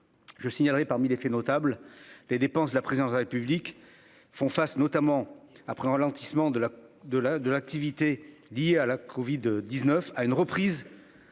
Je signalerai parmi les faits notables, les dépenses de la présidence de la République font face, notamment après un ralentissement de la de la, de l'activité liée à la Covid 19 à une reprise